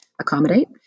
accommodate